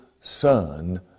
son